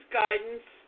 guidance